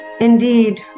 Indeed